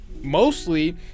Mostly